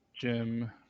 Jim